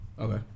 okay